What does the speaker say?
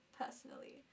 personally